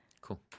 Cool